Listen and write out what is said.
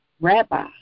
Rabbi